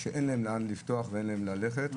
שאין איך לפתוח ואין לאן ללכת.